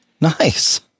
Nice